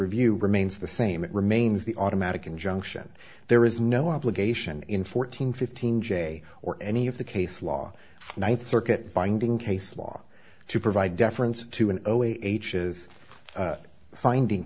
review remains the same it remains the automatic injunction there is no obligation in fourteen fifteen jay or any of the case law ninth circuit binding case law to provide deference to an age is finding